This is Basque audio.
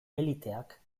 eliteak